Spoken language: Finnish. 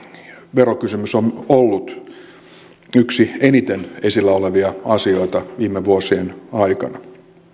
verokysymys on ollut yksi eniten esillä olevia asioita viime vuosien aikana